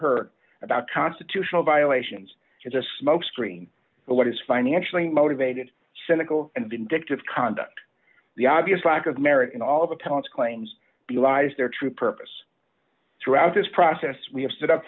heard about constitutional violations is a smokescreen for what is financially motivated cynical and vindictive conduct the obvious lack of merit in all of the talents claims the lies their true purpose throughout this process we have stood up